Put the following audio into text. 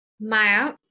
Maya